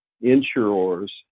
insurers